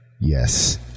Yes